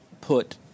put